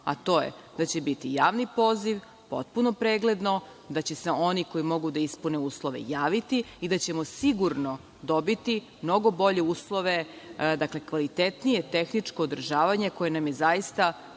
a to je da će biti javni poziv, potpuno pregledno, da će se oni koji mogu da ispune uslove javiti i da ćemo sigurno dobiti mnogo bolje uslove, kvalitetnije tehničko održavanje koje nam je zaista